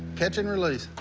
catch and release.